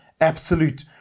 absolute